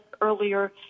earlier